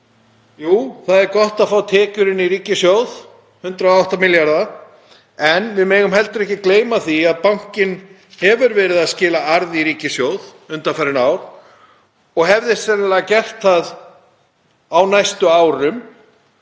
Jú, það er gott að fá tekjur inn í ríkissjóð, 108 milljarða, en við megum heldur ekki gleyma því að bankinn hefur skilað arði í ríkissjóð undanfarin ár og hefði sennilega gert það á næstu árum